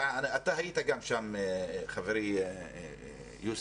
אתה היית גם שם חברי יוסף,